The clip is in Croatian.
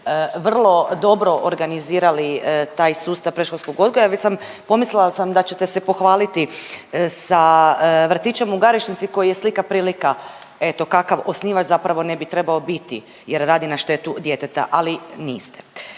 vrlo dobro organizirali taj sustav predškolskog odgoja već sam pomislila sam da ćete se pohvaliti sa vrtićem u Garešnici koji je slika i prilika eto kakav osnivač zapravo ne bi trebao biti jer radi na štetu djeteta, ali niste.